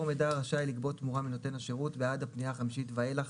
מידע רשאי לגבות תמורה מנותן השירות בעד הפנייה החמישית ואילך